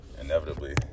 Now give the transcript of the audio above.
inevitably